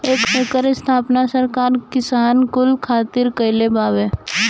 एकर स्थापना सरकार किसान कुल खातिर कईले बावे